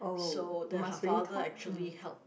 so their ha~ father actually helped